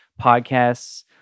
podcasts